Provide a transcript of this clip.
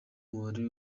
umubare